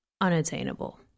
unattainable